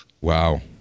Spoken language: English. Wow